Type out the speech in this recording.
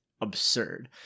absurd